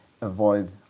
avoid